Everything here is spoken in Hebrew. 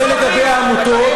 ולגבי העמותות,